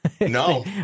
No